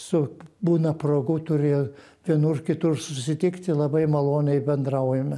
su būna progų turėjau vienur kitur susitikti labai maloniai bendraujame